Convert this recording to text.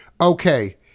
okay